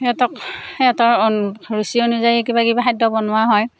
সিহঁতক সিহঁতৰ ৰুচি অনুযায়ী কিবা কিবি খাদ্য বনোৱা হয়